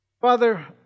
Father